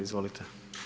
Izvolite.